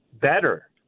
better